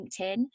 LinkedIn